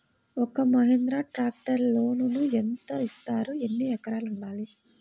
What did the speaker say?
ఒక్క మహీంద్రా ట్రాక్టర్కి లోనును యెంత ఇస్తారు? ఎన్ని ఎకరాలు ఉండాలి?